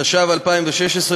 התשע"ו 2016,